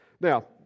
Now